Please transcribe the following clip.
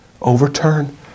overturn